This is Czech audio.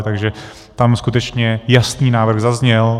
Takže tam skutečně jasný návrh zazněl.